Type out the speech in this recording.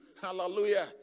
Hallelujah